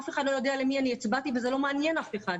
אף אחד לא יודע למי אני הצבעתי וזה לא מעניין אף אחד.